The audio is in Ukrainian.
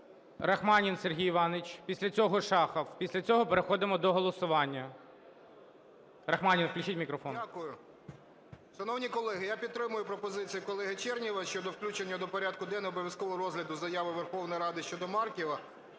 Рахманін Сергій Іванович. Після цього – Шахов, після цього переходимо до голосування. Рахманін, включіть мікрофон. 11:47:02 РАХМАНІН С.І. Дякую. Шановні колеги, я підтримую пропозицію колеги Чернєва щодо включення до порядку денного обов'язкового розгляду заяви Верховної Ради щодо Марківа.